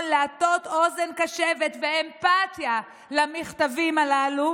להטות אוזן קשבת ואמפתיה למכתבים הללו,